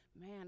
Man